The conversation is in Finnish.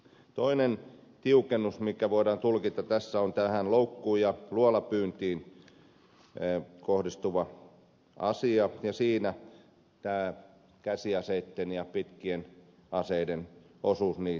toinen tiukennus mikä voidaan tulkita tässä on loukku ja luolapyyntiin kohdistuva asia ja siinä tämä käsiaseitten ja pitkien aseiden osuus